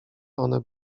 one